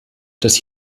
dass